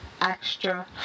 extra